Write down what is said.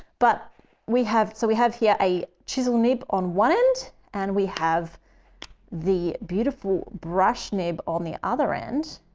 but we have so we have here a chisel nib on one end and we have the beautiful brush nib on the other end.